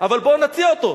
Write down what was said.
אבל בואו נציע אותו.